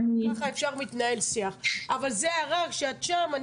זה הערה שאת שם.